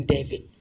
David